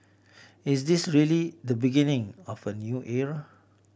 is this really the beginning of a new era